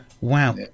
wow